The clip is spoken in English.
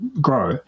Grow